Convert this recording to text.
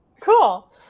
Cool